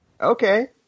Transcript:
Okay